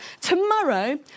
Tomorrow